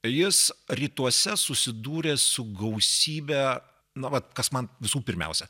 jis rytuose susidūrė su gausybe nu vat kas man visų pirmiausia